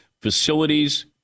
Facilities